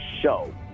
show